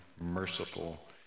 merciful